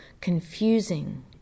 confusing